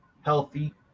healthy